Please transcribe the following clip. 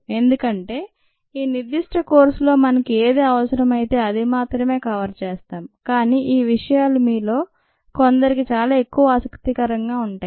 ఎందుకంటే ఈ నిర్దిష్ట కోర్సులో మనకి ఏది అవసరం అయితే అది మాత్రమే కవర్ చేస్తాం కానీ ఈ విషయాలు మీలో కొందరికి ఇంకా ఎక్కువ ఆసక్తికరంగా ఉంటాయి